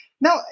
Now